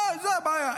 זו הבעיה.